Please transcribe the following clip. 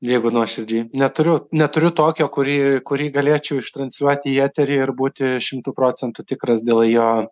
jeigu nuoširdžiai neturiu neturiu tokio kurį kurį galėčiau ištransliuot į eterį ir būti šimtu procentų tikras dėl jo